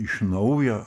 iš naujo